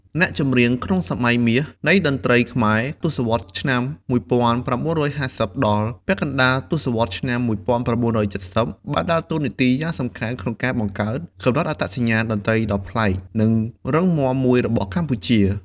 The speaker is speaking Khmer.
អ្នកចម្រៀងក្នុង សម័យមាសនៃតន្ត្រីខ្មែរ ទសវត្សរ៍ឆ្នាំ១៩៥០ ដល់ពាក់កណ្តាលទសវត្សរ៍ឆ្នាំ១៩៧០ បានដើរតួនាទីយ៉ាងសំខាន់ក្នុងការបង្កើត កំណត់អត្តសញ្ញាណតន្ត្រីដ៏ប្លែក និងរឹងមាំមួយរបស់កម្ពុជា។